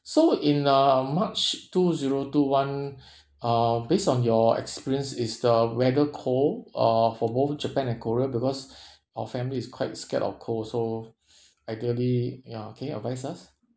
so in uh march two zero two one uh based on your experience is the weather cold uh for both japan and korea because our family is quite scared of cold so ideally ya can you advise us